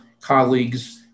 colleagues